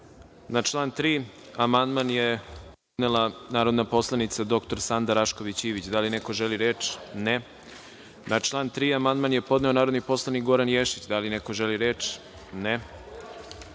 član 3. amandman je podnela narodna poslanica dr Sanda Rašković Ivić. Da li neko želi reč? (Ne.)Na član 3. amandman je podnelo narodni poslanik Goran Ješić. Da li neko želi reč?